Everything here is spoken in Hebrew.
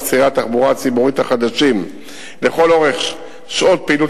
צירי התחבורה הציבורית החדשים לכל אורך שעות פעילות